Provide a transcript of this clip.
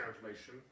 Translation